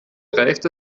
reicht